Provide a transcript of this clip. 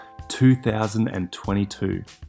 2022